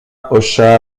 hocha